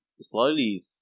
slowly